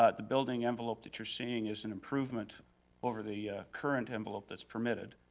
ah the building envelope that you're seeing is an improvement over the current envelope that's permitted.